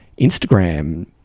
Instagram